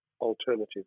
alternative